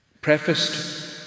prefaced